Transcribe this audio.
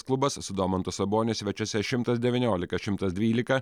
klubas su daumantu saboniu svečiuose šimtas devyniolika šimtas dvylika